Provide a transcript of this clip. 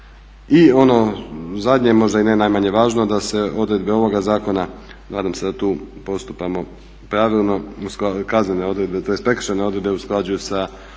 i ono zadnje, možda i ne najmanje važno da se odredbe ovoga zakona, nadam se da tu postupamo pravilno, kaznene odredbe tj. prekršajne odredbe usklađuju sa